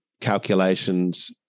calculations